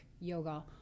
yoga